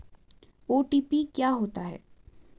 OTP क्या होता है?